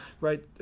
right